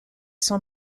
son